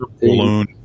balloon